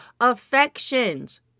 affections